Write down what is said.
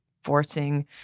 forcing